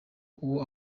uwo